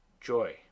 joy